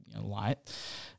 light